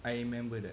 I remember that